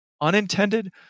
unintended